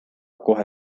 kohe